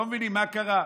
לא מבינים מה קרה.